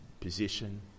position